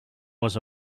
was